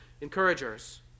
encouragers